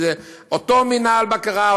כי זה אותו מינהל בקרה,